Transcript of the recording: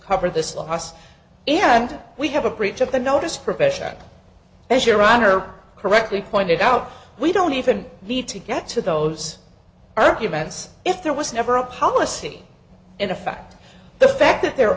cover this loss and we have a breach of the notice profession as your honor correctly pointed out we don't even need to get to those arguments if there was never a policy in effect the fact that they're